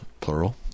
plural